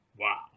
Wow